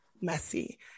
messy